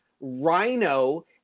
rhino